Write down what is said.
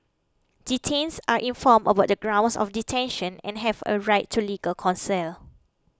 detainees are informed about the grounds of detention and have a right to legal counsel